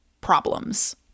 problems